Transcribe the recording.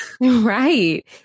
Right